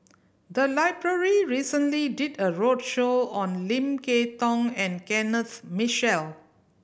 the library recently did a roadshow on Lim Kay Tong and Kenneth Mitchell